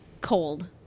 cold